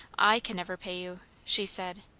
i can never pay you, she said,